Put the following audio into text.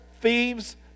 thieves